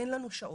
אין לנו שעות,